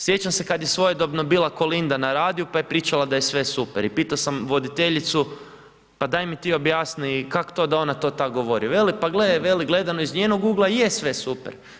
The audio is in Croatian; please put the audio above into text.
Sjećam se kad je svojedobno bila Kolinda na radiju pa je pričala da je sve super i pitao sam voditeljicu pa daj mi ti objasni kako to da ona to tak govori, veli pa gle, veli, gledano iz njenog ugla i je sve super.